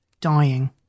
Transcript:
dying